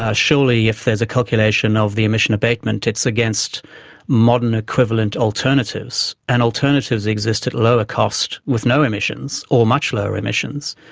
ah surely if there's a calculation of the emission abatement it's against modern equivalent alternatives, and alternatives exist at lower cost with no emissions, or much lower emissions,